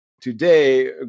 Today